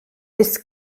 bis